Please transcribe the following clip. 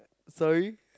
sorry